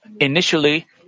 Initially